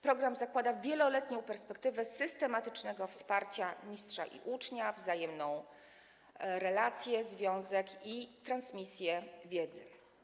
Program zakłada wieloletnią perspektywę systematycznego wsparcia mistrza i ucznia, wzajemną relację, związek i transmisję wiedzy.